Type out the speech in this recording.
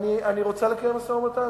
אני רוצה לקיים משא-ומתן.